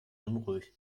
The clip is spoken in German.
unruhig